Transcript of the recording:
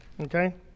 okay